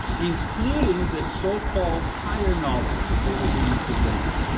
including this so-called higher knowledge that they were being presented.